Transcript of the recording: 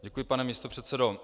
Děkuji, pane místopředsedo.